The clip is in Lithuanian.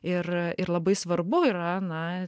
ir ir labai svarbu yra na